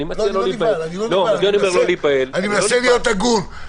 אני לא נבהל, אני מנסה להיות הגון.